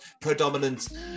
predominant